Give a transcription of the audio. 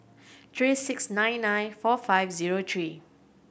three six nine nine four five zero three